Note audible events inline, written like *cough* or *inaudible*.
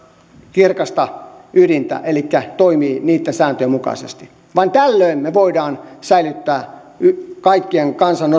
kirkasta ydintä elikkä toimii sen sääntöjen mukaisesti vain tällöin me voimme säilyttää koko kansan *unintelligible*